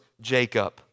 Jacob